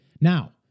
Now